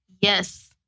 yes